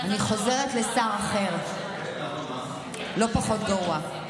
אני חוזרת לשר אחר, לא פחות גרוע.